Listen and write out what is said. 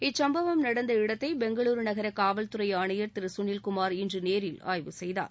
இச்சும்பவம் நடந்த இடத்தை பெங்களூரு நகர காவல்துறை ஆணையா் திரு சுணில் குமார் இன்று நேரில் ஆய்வு செய்தார்